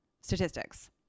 statistics